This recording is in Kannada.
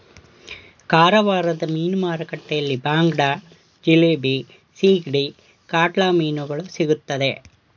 ಕಾರವಾರದ ಮೀನು ಮಾರುಕಟ್ಟೆಯಲ್ಲಿ ಬಾಂಗಡ, ಜಿಲೇಬಿ, ಸಿಗಡಿ, ಕಾಟ್ಲಾ ಮೀನುಗಳು ಸಿಗುತ್ತದೆ